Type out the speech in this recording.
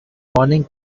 morning